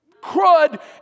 crud